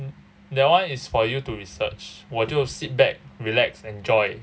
that one is for you to research 我就 sit back relax enjoy